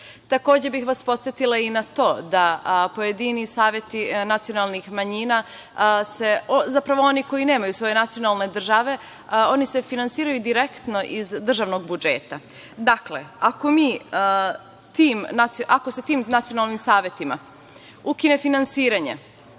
Takođe bih vas podsetila i na to da pojedini saveti nacionalnih manjina, zapravo oni koji nemaju svoje nacionalne države finansiraju se direktno iz državnog budžeta. Dakle, ako se tim nacionalnim savetima ukine finansiranje,